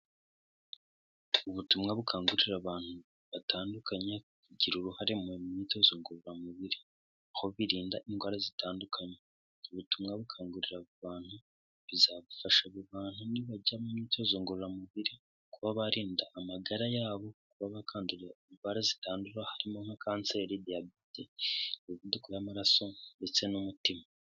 Ubutumwa bukangurira abantu batandukanye, kugira uruhare mu myitozo ngororamubiri, aho birinda indwara zitandukanye. Ubutumwa bukangurira abantu. Bizagufasha abo bantu nibajya mu myitozo ngororamubiri, kuba barinda amagara yabo, kuba bakandura indwara zitandura, harimo nka kanseri, diyabete, imivuduko y'amaraso, ndetse n'umutima.